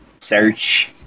search